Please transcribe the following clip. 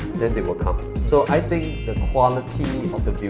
then they will come, so i think the quality of the